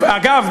אגב,